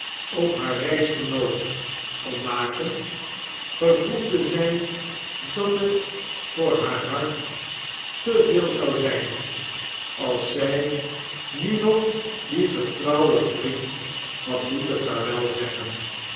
op haar reisgenoot kon maken gevoelde zij dat het voor haar hart te veel zou zijn als zij nu nog dien getrouwen vriend had moeten vaarwel zeggen